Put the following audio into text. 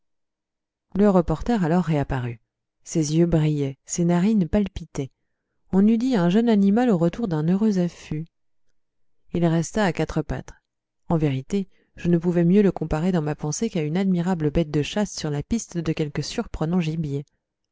le reporter alors réapparut ses yeux brillaient ses narines palpitaient on eût dit un jeune animal au retour d'un heureux affût il resta à quatre pattes en vérité je ne pouvais mieux le comparer dans ma pensée qu'à une admirable bête de chasse sur la piste de quelque surprenant gibier